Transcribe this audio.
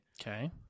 Okay